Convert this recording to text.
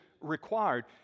required